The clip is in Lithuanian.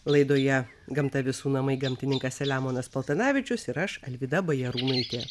laidoje gamta visų namai gamtininkas selemonas paltanavičius ir aš alvyda bajarūnaitė